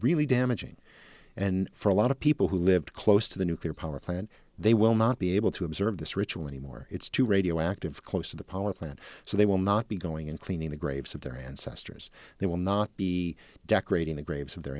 really damaging and for a lot of people who lived close to the nuclear power plant they will not be able to observe this ritual anymore it's too radioactive close to the power plant so they will not be going and cleaning the graves of their ancestors they will not be decorating the graves of their